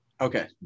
Okay